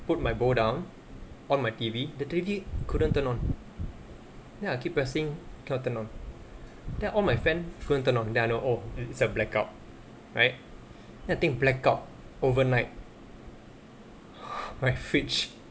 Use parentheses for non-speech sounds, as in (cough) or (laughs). put my bowl down on my T_V the T_V couldn't turn on then I keep pressing cannot turn on then I on my fan couldn't turn on then I know oh it's a blackout right then I think blackout overnight (laughs) my fridge